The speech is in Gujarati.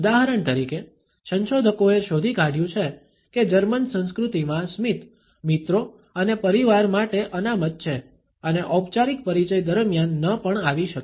ઉદાહરણ તરીકે સંશોધકોએ શોધી કાઢ્યું છે કે જર્મન સંસ્કૃતિમાં સ્મિત મિત્રો અને પરિવાર માટે અનામત છે અને ઔપચારિક પરિચય દરમિયાન ન પણ આવી શકે